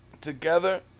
together